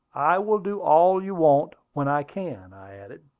i will do all you want when i can, i added.